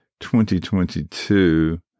2022